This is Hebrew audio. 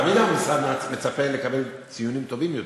תמיד המשרד מצפה לקבל ציונים טובים יותר.